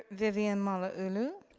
ah vivian malauulu?